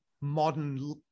Modern